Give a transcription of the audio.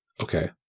Okay